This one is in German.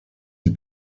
sie